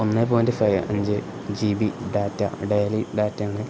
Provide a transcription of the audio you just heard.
ഒന്നേ point five അഞ്ച് GB data daily ഡാറ്റന്ന്